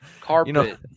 carpet